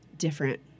different